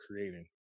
creating